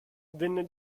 venne